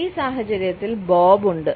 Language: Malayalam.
ഈ സാഹചര്യത്തിൽ ബോബ് ഉണ്ട്